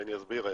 ואני אסביר איך.